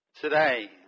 today